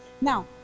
Now